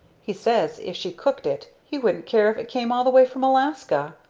he says if she cooked it he wouldn't care if it came all the way from alaska!